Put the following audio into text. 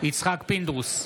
יצחק פינדרוס,